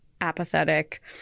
apathetic